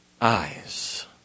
eyes